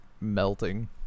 melting